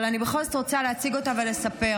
אבל אני בכל זאת רוצה להציג אותה ולספר.